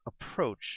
approach